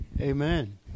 Amen